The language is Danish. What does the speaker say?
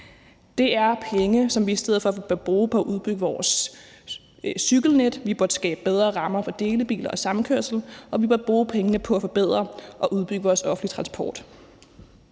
Det er penge, som vi i stedet for bør bruge på at udbygge vores cykelnet. Vi burde skabe bedre rammer for delebiler og samkørsel, og vi bør bruge pengene på at forbedre og udbygge vores offentlige transport.